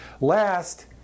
Last